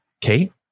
Kate